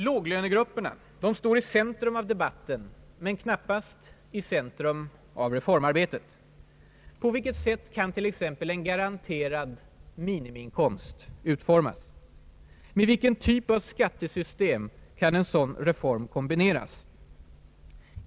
Låglönegrupperna står i centrum av debatten men knappast i centrum av reformarbetet. På vilket sätt kan t.ex. en garanterad minimiinkomst utformas? Med vilken typ av skattesystem kan en sådan reform kombineras?